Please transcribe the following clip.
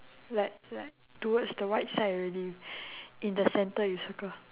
like like towards the white side already in the center you circle